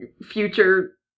future